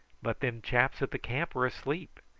but them chaps at the camp were asleep,